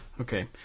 Okay